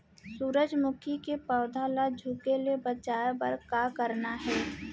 सूरजमुखी के पौधा ला झुके ले बचाए बर का करना हे?